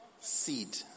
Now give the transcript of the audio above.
seed